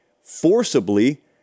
forcibly